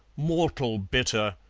mortal bitter.